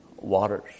waters